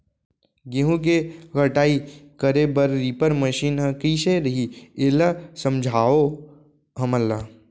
गेहूँ के कटाई करे बर रीपर मशीन ह कइसे रही, एला समझाओ हमन ल?